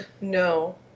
No